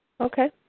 Okay